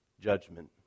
judgment